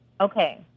Okay